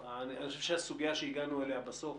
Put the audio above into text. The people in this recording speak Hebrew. הסוגיה שהגענו אליה בסוף,